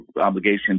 obligation